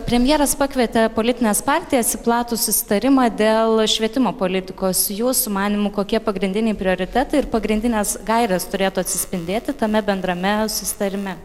premjeras pakvietė politines partijas į platų susitarimą dėl švietimo politikos jūsų manymu kokie pagrindiniai prioritetai ir pagrindinės gairės turėtų atsispindėti tame bendrame susitarime